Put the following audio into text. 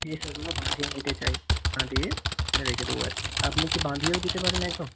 দিয়ে সেগুলো বাঁধিয়ে নিতে চাই বাঁধিয়ে রেখে দেবো আর কি আপনি কি বাঁধিয়েও দিতে পারেন একদম